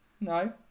no